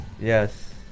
Yes